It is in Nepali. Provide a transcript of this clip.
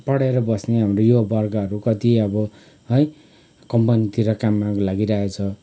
पढेर बस्ने हाम्रो युवावर्गहरू कति अब है कमानतिर काममा लागिरहेको छ